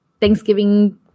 Thanksgiving